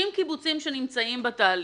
60 קיבוצים שנמצאים בתהליך.